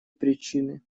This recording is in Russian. причины